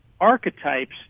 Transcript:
archetypes